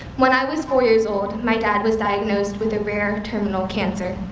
when i was four years old, my dad was diagnosed with a rare terminal cancer.